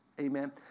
Amen